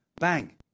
Bang